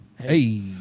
Hey